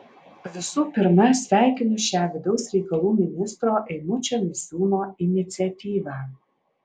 visų pirma sveikinu šią vidaus reikalų ministro eimučio misiūno iniciatyvą